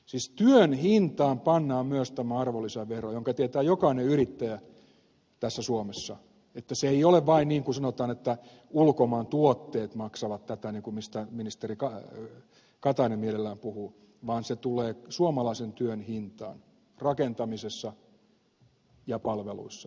siis työn hintaan pannan myös tämä arvonlisävero ja jokainen yrittäjä suomessa tietää että ei ole vain niin kuin sanotaan että ulkomaan tuotteet maksavat tätä mistä ministeri katainen mielellään puhuu vaan se tulee suomalaisen työn hintaan rakentamisessa ja palveluissa yhtä hyvin